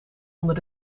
onder